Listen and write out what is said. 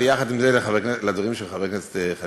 ויחד עם זה לדברים של חבר הכנסת חנין.